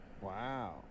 Wow